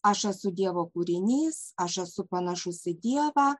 aš esu dievo kūrinys aš esu panašus į dievą